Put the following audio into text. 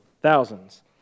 thousands